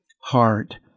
heart